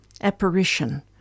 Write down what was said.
apparition